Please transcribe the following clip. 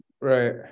Right